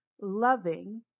loving